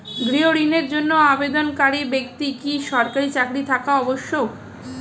গৃহ ঋণের জন্য আবেদনকারী ব্যক্তি কি সরকারি চাকরি থাকা আবশ্যক?